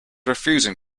refusing